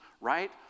right